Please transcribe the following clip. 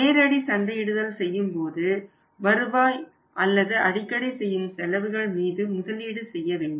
நேரடி சந்தையிடுதல் செய்யும்போது வருவாய் அல்லது அடிக்கடி செய்யும் செலவுகள் மீது முதலீடு செய்ய வேண்டும்